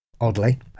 oddly